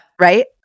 right